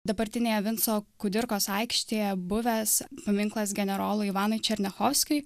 dabartinėje vinco kudirkos aikštėje buvęs paminklas generolui ivanui černiachovskiui